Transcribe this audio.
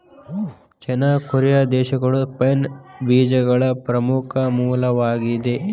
ಚೇನಾ, Korea ದೇಶಗಳು pine ಬೇಜಗಳ ಪ್ರಮುಖ ಮೂಲವಾಗಿದೆ